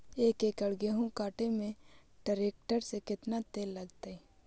एक एकड़ गेहूं काटे में टरेकटर से केतना तेल लगतइ?